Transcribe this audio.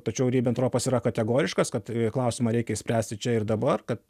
tačiau ribentropas yra kategoriškas kad klausimą reikia išspręsti čia ir dabar kad